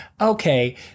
okay